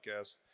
podcast